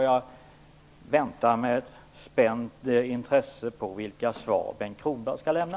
Jag väntar med spänt intresse på vilka svar Bengt Kronblad skall lämna.